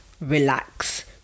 relax